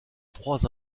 trois